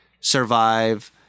Survive